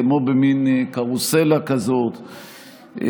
כמו במין קרוסלה כזאת,